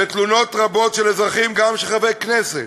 ותלונות רבות של אזרחים, גם של חברי כנסת,